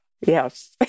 Yes